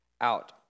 out